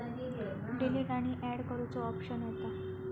delete आणि and करुचो option येता